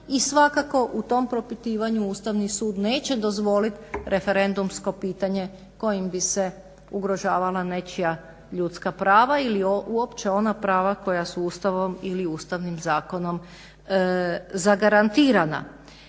i svakako u tom propitivanju Ustavni sud neće dozvolit referendumsko pitanje kojim bi se ugrožavala nečija ljudska prava ili uopće ona prava koja su Ustavom ili Ustavnim zakonom zagarantirana.